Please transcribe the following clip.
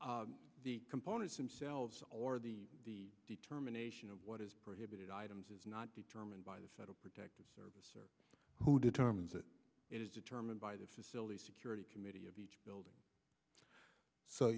prohibited components them selves or the determination of what is prohibited items is not determined by the federal protective service or who determines that it is determined by the facilities security committee of each building so